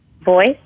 voice